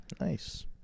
Nice